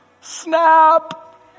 snap